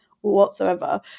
whatsoever